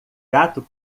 gato